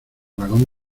vagón